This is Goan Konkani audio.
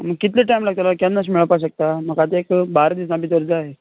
कितलो टायम लागतलो केन्ना अशें मेळपाक शकता म्हाका आतां एक बारा दीसां भितर जाय